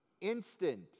instant